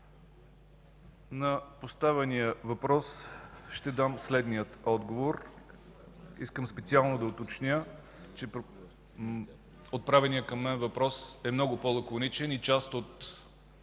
На поставения въпрос ще дам следния отговор. Искам специално да уточня, че отправеният към мен въпрос е много по-лаконичен и част от